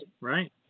right